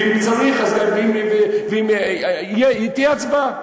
ואם צריך, תהיה הצבעה.